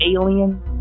alien